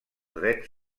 drets